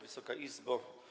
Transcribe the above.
Wysoka Izbo!